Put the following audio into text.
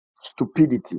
Stupidity